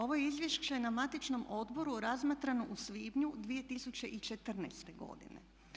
Ovo je izvješće na matičnom odboru razmatrano u svibnju 2014. godine.